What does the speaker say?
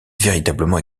véritablement